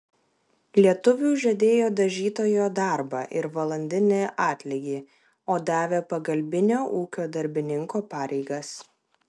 lietuviui žadėjo dažytojo darbą ir valandinį atlygį o davė pagalbinio ūkio darbininko pareigas